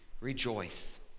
rejoice